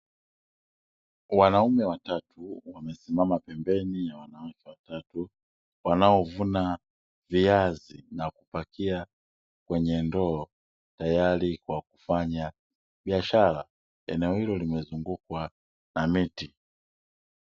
Wanaume watatu wamesimama pembeni na wanawake watatu wanaouvuna viazi na kupakia kwenye ndoo, tayari kwa kufanya biashara. Eneo hilo limezungukwa na miti.